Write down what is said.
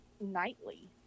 Nightly